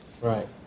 Right